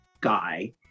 guy